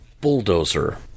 bulldozer